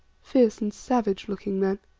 fierce and savage-looking men.